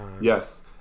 Yes